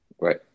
right